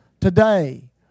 Today